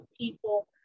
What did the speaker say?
people